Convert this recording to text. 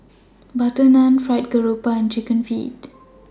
Butter Naan Fried Garoupa and Chicken Feet